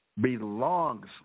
belongs